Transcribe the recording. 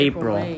April